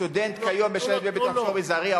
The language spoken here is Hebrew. סטודנט כיום משלם כדמי ביטוח סכום מזערי,